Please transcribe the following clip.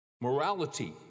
morality